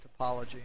topology